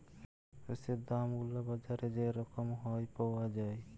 শস্যের দাম গুলা বাজারে যে রকম হ্যয় পাউয়া যায়